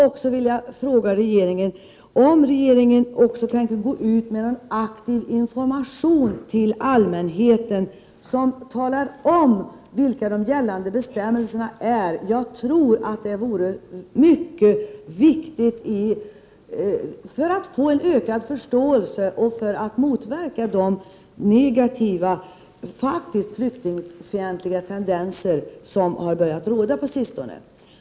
Tänker regeringen även gå ut med någon information till allmänheten om de gällande bestämmelserna? Jag tror att det är mycket viktigt för att förståelsen skall bli bättre och för att motverka de negativa och flyktingfientliga tendenser som har börjat uppträda på sistone.